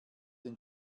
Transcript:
den